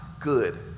good